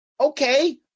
Okay